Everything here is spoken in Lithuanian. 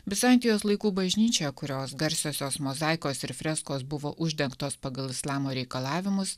bizantijos laikų bažnyčioje kurios garsiosios mozaikos ir freskos buvo uždegtos pagal islamo reikalavimus